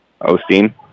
Osteen